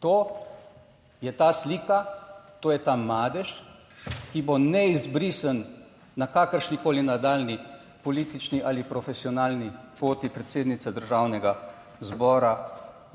To je ta slika, to je ta madež, ki bo neizbrisen na kakršnikoli nadaljnji politični ali profesionalni poti predsednice Državnega zbora